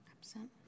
Absent